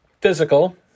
physical